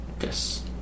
Yes